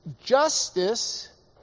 Justice